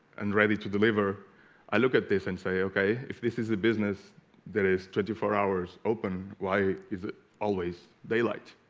and ready to deliver i look at this and say okay if this is the business there is twenty four hours open why is it always daylight